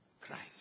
Christ